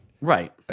Right